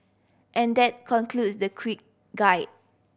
and that concludes the quick guide